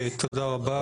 תודה רבה.